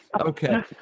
Okay